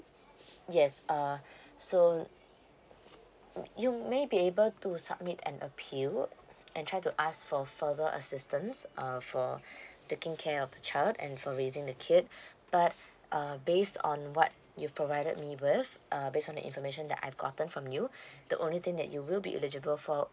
yes uh so you may be able to submit an appeal and try to ask for further assistance uh for taking care of the child and for raising the kid but uh based on what you've provided me with uh based on the information that I've gotten from you the only thing that you will be eligible for